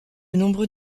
nombreux